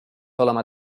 olema